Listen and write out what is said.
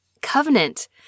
covenant